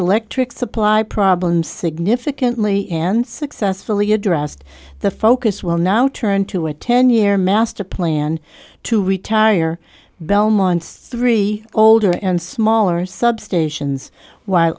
electric supply problems significantly and successfully addressed the focus will now turn to a ten year master plan to retire belmont's three older and smaller substations